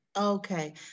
Okay